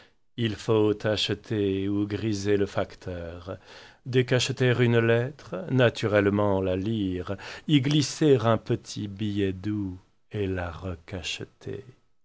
il faut acheter ou griser le facteur décacheter une lettre naturellement la lire y glisser un petit billet doux et la